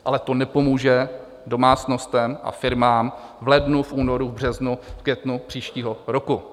Ale to nepomůže domácnostem a firmám v lednu, únoru, březnu, květnu příštího roku.